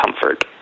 comfort